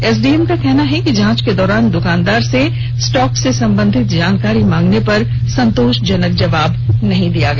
SDM का कहना है कि जाँच के दौरान दुकानदार से स्टॉक से संबंधित जानकारी मांगने पर संतोषजनक जबाब नहीं दिया गया